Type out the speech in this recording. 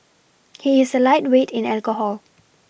he is a lightweight in alcohol